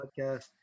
podcast